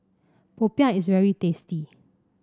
popiah is very tasty